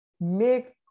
make